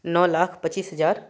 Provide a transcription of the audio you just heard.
नओ लाख पच्चीस हजार